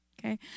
okay